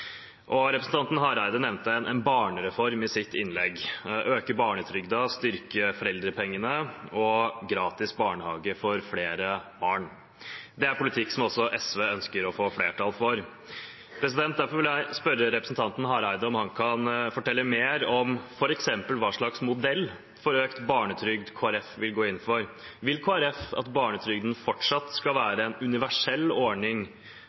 samfunn. Representanten Hareide nevnte en barnereform i sitt innlegg – øke barnetrygden, styrke foreldrepengene og ha gratis barnehage for flere barn. Det er politikk som også SV ønsker å få flertall for. Derfor vil jeg spørre representanten Hareide om han kan fortelle mer om f.eks. hva slags modell for økt barnetrygd Kristelig Folkeparti vil gå inn for. Vil Kristelig Folkeparti at barnetrygden fortsatt skal være en universell ordning